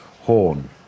horn